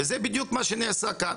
וזה בדיוק מה שנעשה כאן.